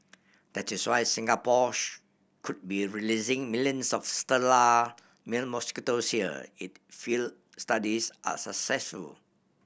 that is why Singapore could be releasing millions of sterile male mosquito here if field studies are successful